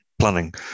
planning